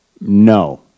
No